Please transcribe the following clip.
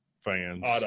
fans